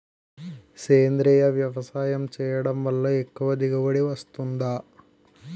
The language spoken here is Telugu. సేంద్రీయ వ్యవసాయం చేయడం వల్ల ఎక్కువ దిగుబడి వస్తుందా?